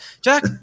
Jack